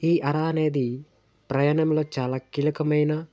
ఈ అర అనేది ప్రయాణంలో చాలా కీలకమైన